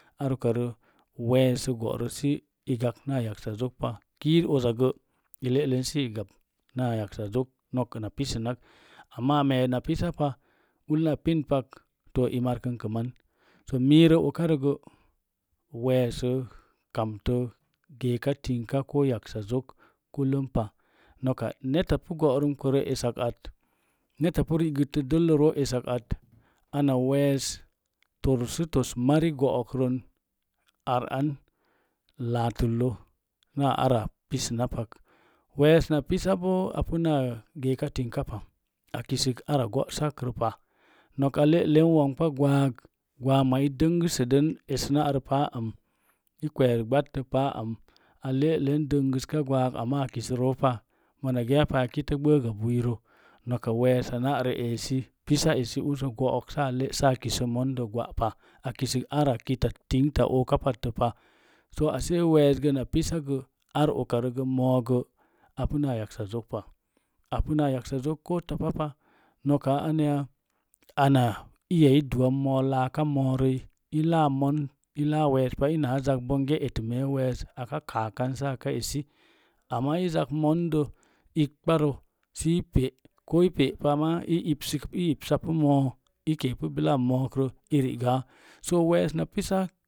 Weesə bo'rə sə i daks naa yaksazokpa kiiz uza gə i le'len səl gab naa yaksazok nok una pisənak a meena pisapa ulla pinpaki markənkə man iirə okarə gə weesə kamta geeka tingka ko yaksazok kull um pa noka neta pu go'rəmkərə essak at netapu ri gəttə dəlləroo esak at ana wees tor sə tos mari go'ron aran laatəllə naa ara pisə pak wees na pisa bo apunaa geeka tingka pa a kisək ara go'sak rə pa nok a le'len womɓa gwang gwaama i dəngəssə dən essam na'arə pa am i kwees batə paa am a le'len dəngəska gwang amma a kirə roo pa mona geepa a kitə gbəga buirə noka wees sa na'rə essi uso go'ok saa le'sa kisə mondə gwa'pa ata kita tingtata ooka pat tə pa so are wees gə na pisa gə ar ukarə gə moogə apuna yaksazogpa apuna yaksa zok ko topapa noka aneya ana iya dna moo laaka moorəi laa mon weespa i laa weespa ina laa wees aka kaakan saa ka esi zak mondə igɓarə sə i pe’ ko i pe'pa ma i ibsapu moo i keepu bila gə so wess na pisa